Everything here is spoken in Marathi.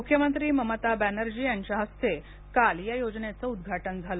मुख्यमंत्री ममता बॅनर्जी यांच्या हस्ते काल या योजनेच उद्घाटन झाल